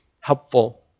helpful